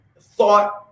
thought